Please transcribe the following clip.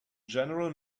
general